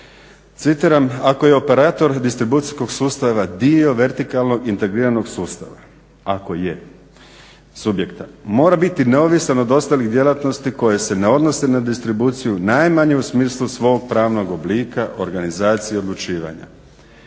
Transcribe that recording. Citiram: "Ako je operator distribucijskog sustava dio vertikalnog integriranog sustava", ako je "mora biti neovisan od ostalih djelatnosti koje se ne odnose na distribuciju najmanje u smislu svog pravnog oblika organizacije i odlučivanja.